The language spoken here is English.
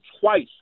twice